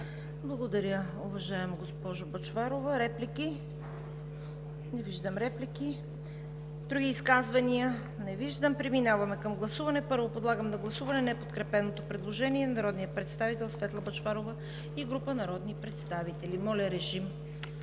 Благодаря, уважаема госпожо Бъчварова. Реплики? Не виждам реплики. Други изказвания? Не виждам. Преминаваме към гласуване. Първо подлагам на гласуване неподкрепеното предложение на народния представител Светла Бъчварова и група народни представители. Гласували